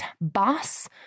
BOSS